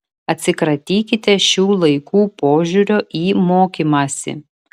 atsikratykite šių laikų požiūrio į mokymąsi